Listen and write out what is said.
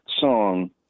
song